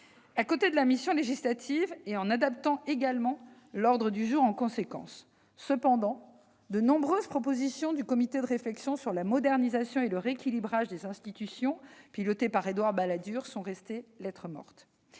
à côté de la mission législative, et en adaptant l'ordre du jour en conséquence. Cependant, de nombreuses propositions du comité de réflexion sur la modernisation et le rééquilibrage des institutions piloté par Édouard Balladur sont restées lettre morte.